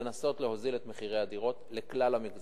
לנסות להוזיל את מחירי הדירות לכלל המגזרים.